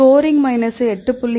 scoring minus 8